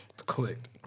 clicked